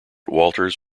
walters